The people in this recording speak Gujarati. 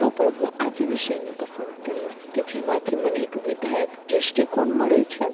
તો પણ હું આજ વિષયને પસંદ કરીશ કે જેમાંથી મને એક વિધાયક દૃષ્ટિકોણ મળે છે